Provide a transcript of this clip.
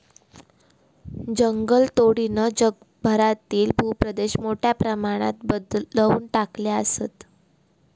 जंगलतोडीनं जगभरातील भूप्रदेश मोठ्या प्रमाणात बदलवून टाकले आसत